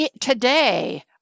today